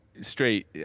straight